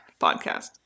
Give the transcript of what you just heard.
Podcast